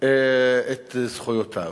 על זכויותיו.